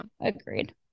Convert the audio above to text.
Agreed